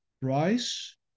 price